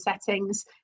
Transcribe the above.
settings